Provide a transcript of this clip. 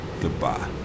goodbye